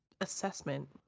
assessment